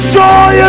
joy